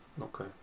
okay